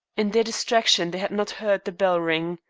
in their distraction they had not heard the bell ring.